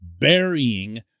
burying